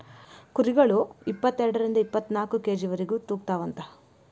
ಕುರಿಗಳ ಇಪ್ಪತೆರಡರಿಂದ ಇಪ್ಪತ್ತನಾಕ ಕೆ.ಜಿ ವರೆಗು ತೂಗತಾವಂತ